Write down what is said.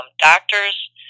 doctors